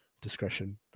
discretion